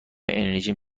انرژیم